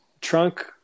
trunk